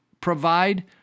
provide